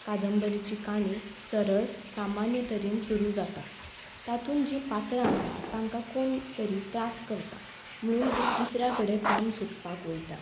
कादंबरीची काणी सरळ सामान्य तरेन सुरू जाता तातूंत जीं पात्रां आसात तांकां कोण तरी त्रास करता म्हणून तीं दुसऱ्या कडेन काम सोदपाक वयतात